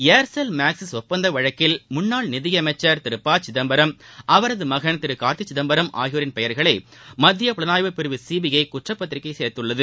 Aircel Maxis ஒப்பந்த வழக்கில் முன்னாள் நிதியமைச்சர் திரு ப சிதம்பரம் அவரது மகன் திரு கார்த்தி சிதம்பரம் ஆகியோரின் பெயர்களை மத்திய புலனாய்வு பிரிவு சிபிஐ குற்றப்பத்திரிகையில் சேர்த்துள்ளது